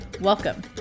Welcome